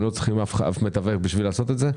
והם לא צריכים אף מתווך בשביל לעשות את זה?